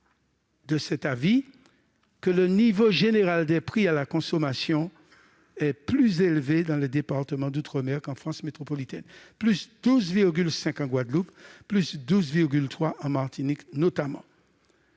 de cet avis que le niveau général des prix à la consommation est plus élevé dans ces départements qu'en France métropolitaine, de 12,5 % en Guadeloupe et de 12,3 % en Martinique, notamment.